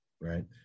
Right